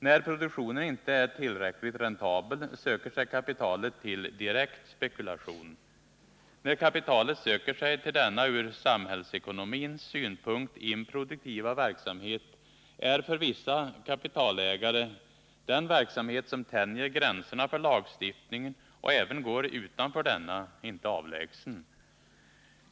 När produktionen inte är tillräckligt räntabel söker sig kapitalet till direkt spekulation. När kapitalet söker sig till denna — från samhällsekonomins synpunkt — improduktiva verksamhet, är för vissa kapitalägare den verksamhet som tänjer gränserna för lagstiftningen och även går utanför denna inte avlägsen.